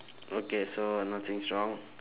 okay so nothing's wrong